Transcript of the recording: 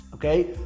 Okay